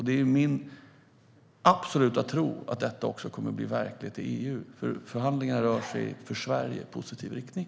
Det är min absoluta tro att detta också kommer att bli verklighet i EU, för förhandlingarna rör sig i för Sverige positiv riktning.